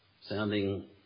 sounding